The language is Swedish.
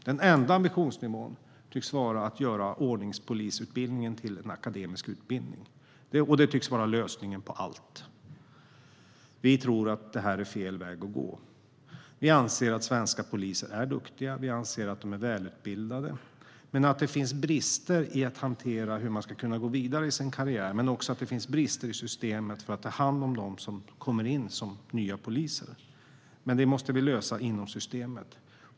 Den enda ambitionen tycks vara att göra ordningspolisutbildningen till en akademisk utbildning. Det tycks vara lösningen på allt. Vi tror att det är fel väg att gå. Vi anser att svenska poliser är duktiga och välutbildade. Det finns dock brister när det gäller hur man ska kunna gå vidare i karriären och i systemet för att ta hand om nya poliser. Men det måste vi lösa inom systemet.